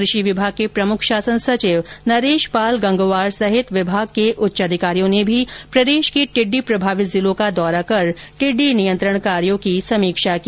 कृषि विभाग के प्रमुख शासन सचिव नरेश पाल गंगवार सहित विभाग के उच्च अधिकारियों ने भी प्रदेश के टिड्डी प्रभावित जिलों का दौरा कर टिड्डी नियंत्रण कार्यों की समीक्षा की